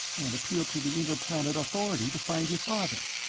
and appeal to the interplanet authority to find your father.